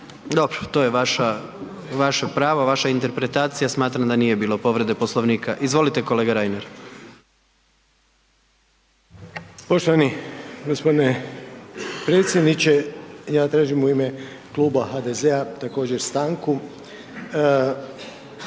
Dobro, to je vaša, vaše pravo, vaša interpretacija smatram da nije bilo povrede Poslovnika. Izvolite kolega Reiner. **Reiner, Željko (HDZ)** Poštovani gospodine predsjedniče, ja tražim u ime Kluba HDZ-a također stanku